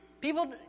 People